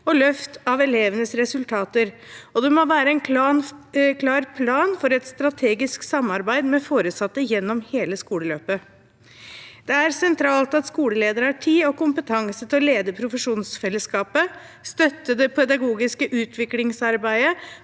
og løft av elevenes resultater, og det må være en klar plan for et strategisk samarbeid med foresatte gjennom hele skoleløpet. Det er sentralt at skoleledere har tid og kompetanse til å lede profesjonsfellesskapet, støtte det pedagogiske utviklingsarbeidet